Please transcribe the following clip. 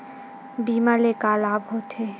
बीमा ले का लाभ होथे?